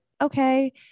okay